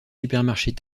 supermarchés